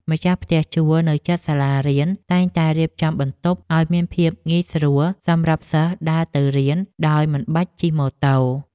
ម្ចាស់ផ្ទះជួលនៅជិតសាលារៀនតែងតែរៀបចំបន្ទប់ឱ្យមានភាពងាយស្រួលសម្រាប់សិស្សដើរទៅរៀនដោយមិនបាច់ជិះម៉ូតូ។